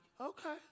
okay